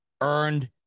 earned